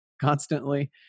constantly